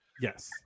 Yes